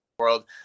world